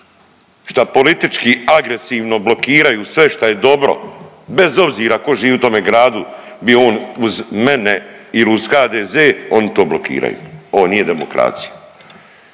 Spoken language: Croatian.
šta politički agresivno blokiraju sve šta je dobro, bez obzira ko živi u tome gradu bio on uz mene il uz HDZ oni to blokiraju, ovo nije demokracija.